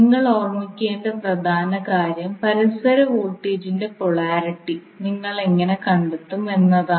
നിങ്ങൾ ഓർമ്മിക്കേണ്ട പ്രധാന കാര്യം പരസ്പര വോൾട്ടേജിന്റെ പൊളാരിറ്റി നിങ്ങൾ എങ്ങനെ കണ്ടെത്തും എന്നതാണ്